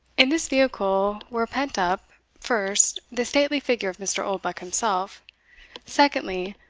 in this vehicle were pent up, first, the stately figure of mr. oldbuck himself secondly,